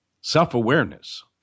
self-awareness